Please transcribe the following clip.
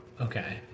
Okay